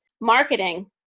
marketing